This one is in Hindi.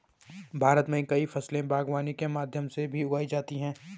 भारत मे कई फसले बागवानी के माध्यम से भी उगाई जाती है